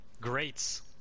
Greats